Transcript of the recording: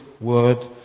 Word